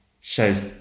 shows